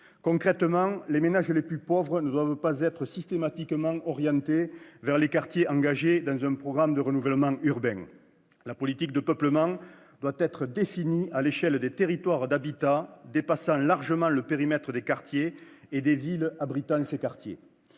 Concrètement, les ménages les plus pauvres ne doivent pas être systématiquement orientés vers les quartiers engagés dans un programme de renouvellement urbain. La politique de peuplement doit être définie à l'échelle de territoires d'habitat dépassant largement le périmètre des quartiers et des villes abritant ces quartiers.